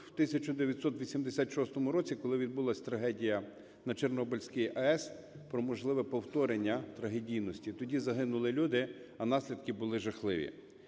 в 1986 році, коли відбулась трагедія на Чорнобильській АЕС, про можливе повторення трагедійності, тоді загинули люди, а наслідки були жахливі.